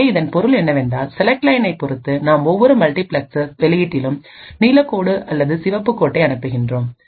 எனவே இதன் பொருள் என்னவென்றால் செலக்ட் லையனைப் பொறுத்து நாம் ஒவ்வொரு மல்டிபிளெக்சர்ஸ் வெளியீட்டிலும் நீலக்கோடு அல்லது சிவப்பு கோட்டை அனுப்புகிறோம்